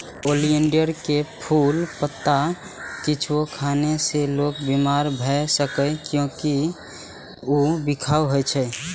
oleander के फूल, पत्ता किछुओ खेने से लोक बीमार भए सकैए, कियैकि ऊ बिखाह होइ छै